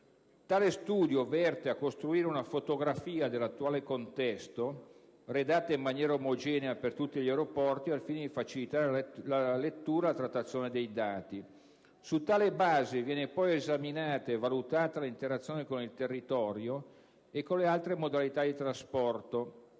Tale studio è volto a costruire una fotografia dell'attuale contesto, redatta in maniera omogenea per tutti gli aeroporti, al fine di facilitare la lettura e la trattazione dei dati. Su tale base viene poi esaminata e valutata l'interazione con il territorio e con le altre modalità di trasporto.